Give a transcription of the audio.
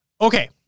Okay